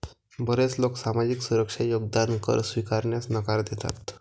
बरेच लोक सामाजिक सुरक्षा योगदान कर स्वीकारण्यास नकार देतात